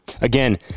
again